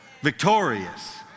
victorious